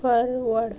forward